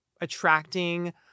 attracting